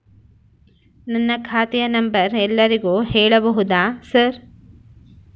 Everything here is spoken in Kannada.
ನನ್ನ ಖಾತೆಯ ನಂಬರ್ ಎಲ್ಲರಿಗೂ ಹೇಳಬಹುದಾ ಸರ್?